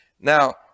Now